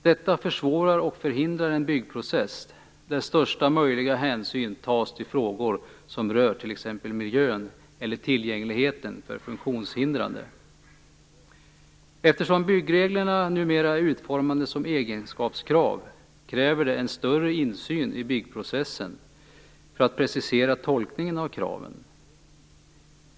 Detta försvårar och förhindrar en byggprocess där största möjliga hänsyn tas till frågor som rör t.ex. miljön eller tillgängligheten för funktionshindrade. Eftersom byggreglerna numera är utformade som egenskapskrav krävs en större insyn i byggprocessen för att precisera tolkningen av kraven.